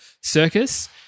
circus –